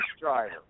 driver